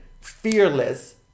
fearless